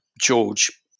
George